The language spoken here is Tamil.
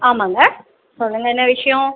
ஆமாங்க சொல்லுங்கள் என்ன விஷயம்